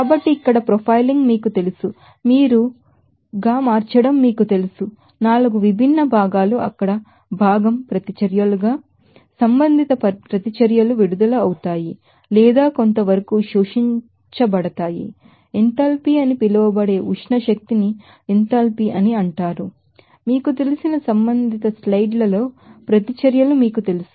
కాబట్టి ఇక్కడ ప్రొఫైలింగ్ మార్చడం 4 విభిన్న భాగాలు అక్కడ భాగం ప్రతిచర్యలుగా సంబంధిత ప్రతిచర్యలు విడుదల అవుతాయి లేదా కొంత వరకు అబ్సర్బ్ అవుతాయి ఎంథాల్పీ అని పిలువబడే హీట్ ఎనర్జీ ఎంథాల్పీ అని అంటారు మీకు తెలిసిన సంబంధిత స్లైడ్ లలో ప్రతిచర్యలు మీకు తెలుసు